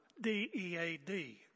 D-E-A-D